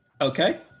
Okay